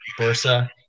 Bursa